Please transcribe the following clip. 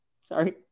sorry